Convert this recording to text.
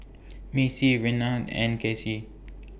Macie Renard and Casie